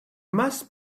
must